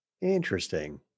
Interesting